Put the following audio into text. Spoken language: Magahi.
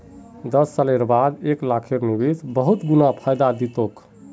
दस साल बाद एक लाखेर निवेश बहुत गुना फायदा दी तोक